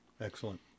Excellent